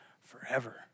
forever